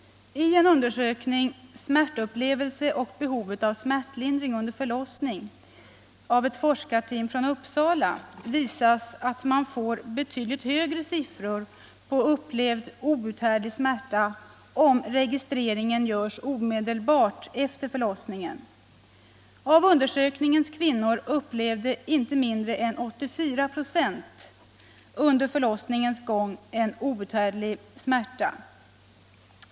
I en undersökning Smärtupplevelse och behovet av smärtlindring under förlossning av ett forskarteam från Uppsala — Fällman, Kebbon, Nilsson och Zador — visas att man får betydligt högre siffror på upplevd outhärdlig smärta om registreringen görs omedelbart efter förlossningen. Av de i undersökningen ingående kvinnorna upplevde inte mindre än 84 procent under förlossningens gång en outhärdlig smärta.